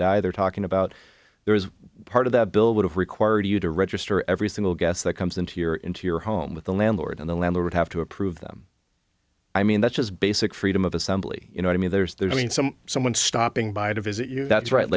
die they're talking about there is part of that bill would have required you to register every single guess that comes into your into your home with the landlord and the landlord have to approve them i mean that's just basic freedom of assembly you know i mean there's there's been some someone stopping by to visit you that's right